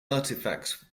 artifacts